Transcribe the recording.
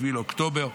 7 באוקטובר,